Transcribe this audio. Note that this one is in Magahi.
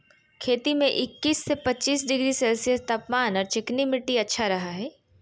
खेती में इक्किश से पच्चीस डिग्री सेल्सियस तापमान आर चिकनी मिट्टी अच्छा रह हई